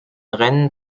rennen